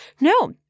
no